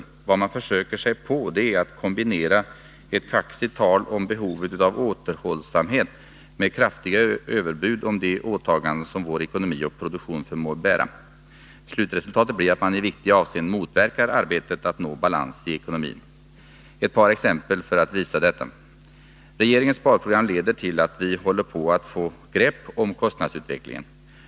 Vad socialdemokraterna försöker sig på är att kombinera ett kaxigt tal om behovet av återhållsamhet med kraftiga överbud i fråga om de åtaganden som vår ekonomi och produktion förmår bära. Slutresultatet blir att de i viktiga avseenden motverkar arbetet för att nå balans i ekonomin. Ett par exempel visar detta. Regeringens sparprogram leder till att vi börjar få grepp om kostnadsutvecklingen.